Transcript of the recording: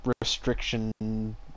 restriction